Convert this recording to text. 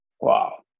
Wow